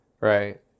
Right